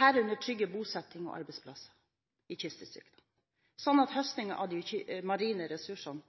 herunder trygge bosettingen og arbeidsplasser i kystdistriktene, slik at høstingen av de marine ressursene